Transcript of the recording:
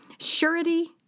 Surety